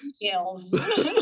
details